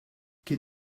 kien